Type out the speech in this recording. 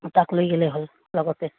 তাক লৈ গ'লে হ'ল লগতে